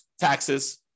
taxes